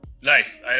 nice